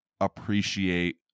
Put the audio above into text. appreciate